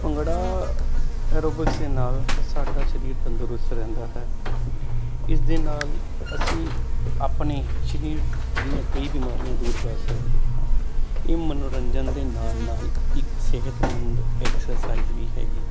bhangra aerobics ਦੇ ਨਾਲ ਸਾਡਾ ਸਰੀਰ ਤੰਦਰੁਸਤ ਰਹਿੰਦਾ ਹੈ ਇਸਦੇ ਨਾਲ ਅਸੀਂ ਆਪਣੇ ਸਰੀਰ ਦੀਆਂ ਕਈ ਬਿਮਾਰੀਆਂ ਦੂਰ ਕਰ ਸਕਦੇ ਇਹ ਮਨੋਰੰਜਨ ਦੇ ਨਾਲ ਨਾਲ ਇੱਕ ਸਿਹਤਮੰਦ ਐਕਸਾਈਜ਼ ਵੀ ਹੈਗੀ